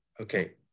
Okay